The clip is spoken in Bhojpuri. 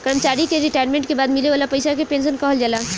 कर्मचारी के रिटायरमेंट के बाद मिले वाला पइसा के पेंशन कहल जाला